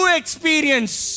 experience